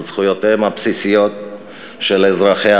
על זכויותיהם הבסיסיות של אזרחיה,